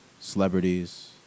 Celebrities